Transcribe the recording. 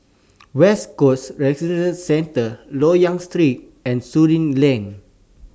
West Coast Recreation Centre Loyang Street and Surin Lane